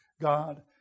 God